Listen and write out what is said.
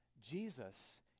Jesus